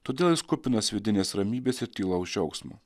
todėl jis kupinas vidinės ramybės ir tylaus džiaugsmo